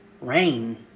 Rain